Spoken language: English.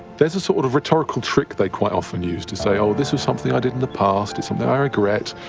there's a sort of rhetorical trick they quite often use to say, oh, this is something i did in the past, it's something i regret,